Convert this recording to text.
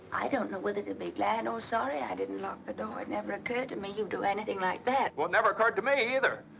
i don't know whether to be glad or sorry i didn't lock the door. it never occurred to me you'd do anything like that. well, it never occurred to me either!